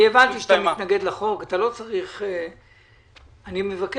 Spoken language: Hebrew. אני מבקש,